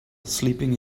sleeping